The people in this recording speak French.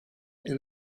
est